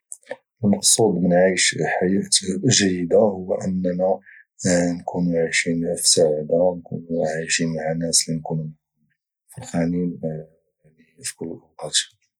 المقصود من عيش حياه جيده هو اننا نكونوا عايشين السعاده نكون عايشينو مع ناس فرحانين في كل الاوقات